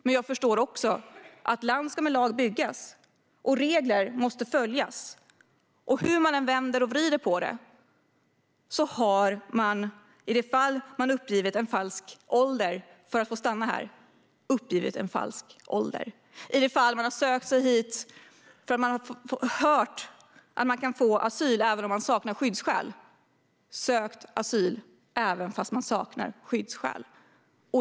Men jag förstår också att land med lag ska byggas, och regler måste följas. Hur man än vänder och vrider på det har man i det fall man uppgivit en falsk ålder för att få stanna uppgivit en falsk ålder. I det fall man har sökt sig hit för att man har hört att man kan få asyl även om man saknar skyddsskäl har man sökt asyl trots att man saknar skyddsskäl.